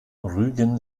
rügen